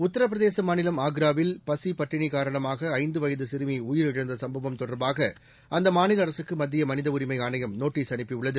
உத்தரபிரதேசமாநிலம் ஆக்ராவில் பசிபட்டினிகாரணமாகஐந்துவயதுசிறுமிஉயிரிழந்தசம்பவம் தொடர்பாகஅந்தமாநிலஅரசுக்குமத்தியமனிதஉரிமைஆணையம் நோட்டீஸ் அனுப்பியுள்ளது